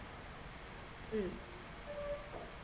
mm